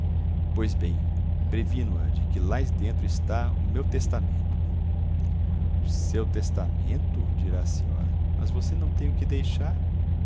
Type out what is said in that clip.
pois bem previno a de que lá dentro está o meu testamento o seu testamento dirá a senhora mas você não tem o que deixar